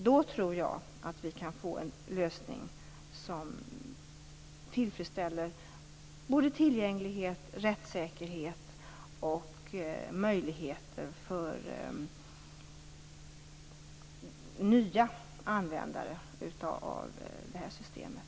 Då tror jag att vi kan få en lösning som tillfredsställer tillgänglighet, rättssäkerhet och möjligheter för nya användare av det här systemet.